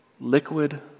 liquid